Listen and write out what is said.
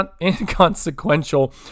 inconsequential